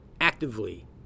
actively